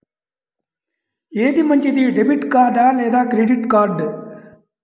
ఏది మంచిది, debit card లేదా క్రెడిట్ కార్డ్?